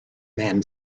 man